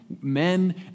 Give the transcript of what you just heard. men